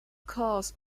cause